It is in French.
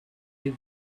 est